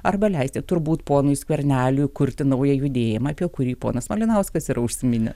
arba leisti turbūt ponui skverneliui kurti naują judėjimą apie kurį ponas malinauskas yra užsiminęs